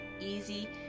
easy